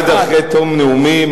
לשמוע רק צד אחד.